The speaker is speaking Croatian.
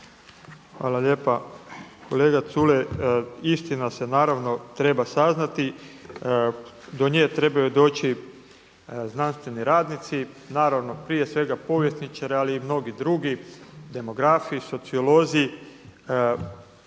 Hvala lijepa. Kolega Culej, istina se naravno treba saznati. Do nje trebaju doći znanstveni radnici. Naravno prije svega povjesničari, ali i mnogi drugi, demografi, sociolozi. Domovinski